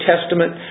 Testament